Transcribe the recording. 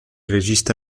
regista